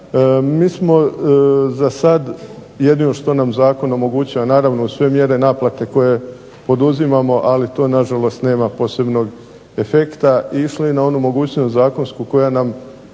Mi smo zasad jedino što nam zakon omogućava, naravno uz sve mjere naplate koje poduzimamo, ali to nažalost nema posebnog efekta, išli na onu mogućnost zakonsku koja nam